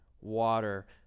water